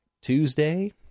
Tuesday